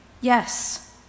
Yes